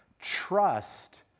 Trust